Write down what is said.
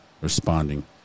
Responding